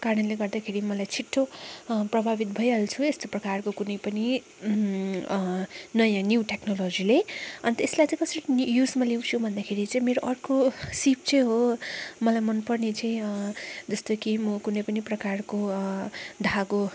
कारणले गर्दाखेरि मलाई छिटो प्रभावित भइहाल्छु यस्तो प्रकारको कुनै पनि नयाँ न्यू टेक्नोलोजीले अन्त यसलाई चाहिँ कसरी युजमा ल्याउँछु भन्दाखेरि चाहिँ मेरो अर्को सिप चाहिँ हो मलाई मन पर्ने चाहिँ जस्तै कि म कुनै पनि प्रकारको धागो